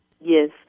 Yes